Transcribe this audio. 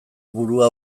burua